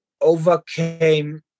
overcame